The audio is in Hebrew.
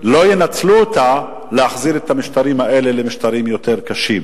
לא ינצלו אותה להחזרת המשטרים האלה למשטרים יותר קשים.